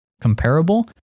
comparable